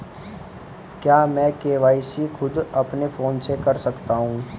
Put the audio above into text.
क्या मैं के.वाई.सी खुद अपने फोन से कर सकता हूँ?